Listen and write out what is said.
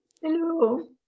Hello